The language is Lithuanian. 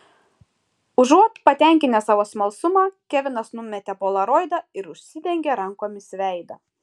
užuot patenkinęs savo smalsumą kevinas numetė polaroidą ir užsidengė rankomis veidą